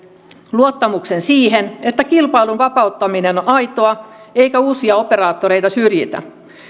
luottamuksen siihen että kilpailun vapauttaminen on aitoa eikä uusia operaattoreita syrjitä